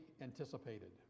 anticipated